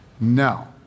No